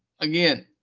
Again